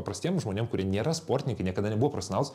paprastiem žmonėm kurie nėra sportininkai niekada nebuvo profesionalais